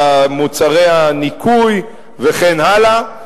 מוצרי הניקוי וכן הלאה.